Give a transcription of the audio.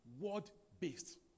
word-based